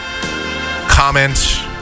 comment